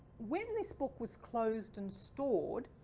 when this book was closed and stored,